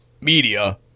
Media